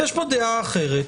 ויש פה דעה אחרת.